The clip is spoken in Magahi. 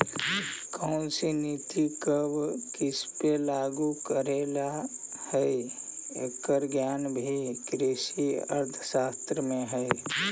कौनसी नीति कब किसपे लागू करे ला हई, एकर ज्ञान भी कृषि अर्थशास्त्र में हई